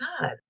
God